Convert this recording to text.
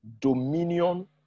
dominion